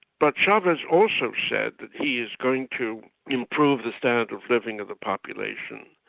but chavez also said that he is going to improve the standard of living of the population,